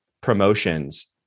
promotions